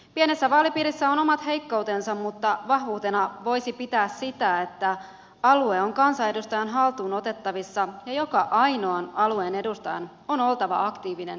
pienessä vaalipiirissä on omat heikkoutensa mutta vahvuutena voisi pitää sitä että alue on kansanedustajan haltuunotettavissa ja joka ainoan alueen edustajan on oltava aktiivinen edustajantyössään